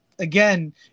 Again